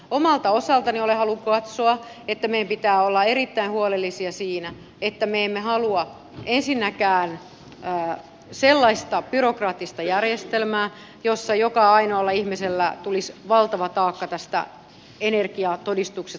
omalta osaltani olen halunnut katsoa että meidän pitää olla erittäin huolellisia siinä että me emme halua ensinnäkään sellaista byrokraattista järjestelmää jossa joka ainoalle ihmiselle tulisi valtava taakka tästä energiatodistuksesta